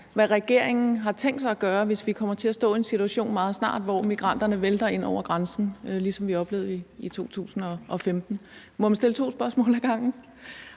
hvad regeringen har tænkt sig at gøre, hvis vi meget snart kommer til at stå i en situation, hvor migranterne vælter ind over grænsen, ligesom vi oplevede det i 2015. Må man stille to spørgsmål ad gangen?